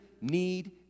need